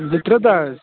زٕ ترٛے دۄہ حظ